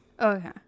Okay